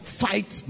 fight